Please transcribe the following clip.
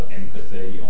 empathy